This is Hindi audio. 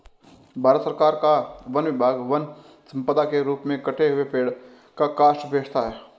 भारत सरकार का वन विभाग वन सम्पदा के रूप में कटे हुए पेड़ का काष्ठ बेचता है